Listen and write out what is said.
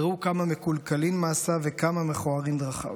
ראו כמה מקולקלין מעשיו וכמה מכוערין דרכיו".